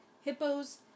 hippos